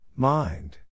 Mind